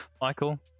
Michael